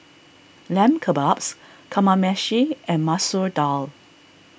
Lamb Kebabs Kamameshi and Masoor Dal